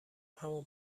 همون